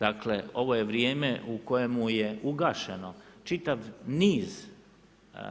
Dakle, ovo je vrijeme u kojemu je ugašeno čitav niz